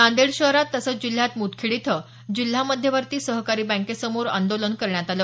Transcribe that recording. नादेड शहरात तसंच जिल्ह्यात मुदखेड इथं जिल्हा मध्यवर्ती सहकारी बँकेसमोर आंदोलन करण्यात आलं